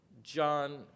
John